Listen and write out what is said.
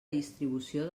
distribució